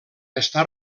està